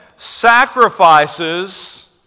sacrifices